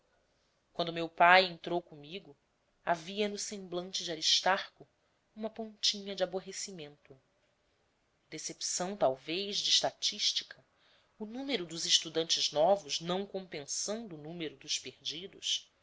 quando meu pai entrou comigo havia no semblante de aristarco uma pontinha de aborrecimento decepção talvez de estatística o número dos estudantes novos não compensando o número dos perdidos